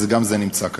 אבל גם זה נמצא כאן.